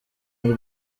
muri